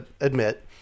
admit